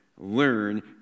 learn